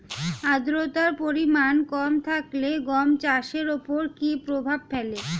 আদ্রতার পরিমাণ কম থাকলে গম চাষের ওপর কী প্রভাব ফেলে?